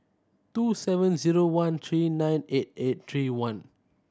two seven zero one three nine eight eight three one